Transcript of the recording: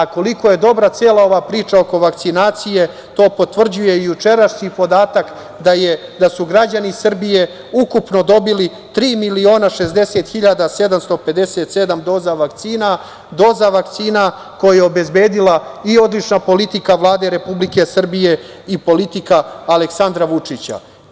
Koliko je dobra cela ova priča oko vakcinacije to potvrđuje i jučerašnji podatak da su građani Srbije ukupno dobili 3.060.757 doza vakcina, doza vakcina koja je obezbedila i odlična politika Vlade Republike Srbije i politika Aleksandra Vučića.